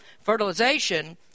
fertilization